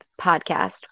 podcast